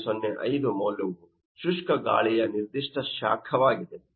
005 ಮೌಲ್ಯವು ಶುಷ್ಕ ಗಾಳಿಯ ನಿರ್ದಿಷ್ಟ ಶಾಖವಾಗಿದೆ